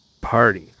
party